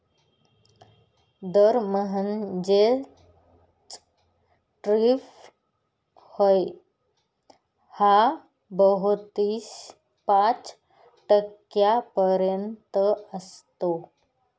दर म्हणजेच टॅरिफ होय हा बहुतांशी पाच टक्क्यांपर्यंत असतो